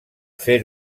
fer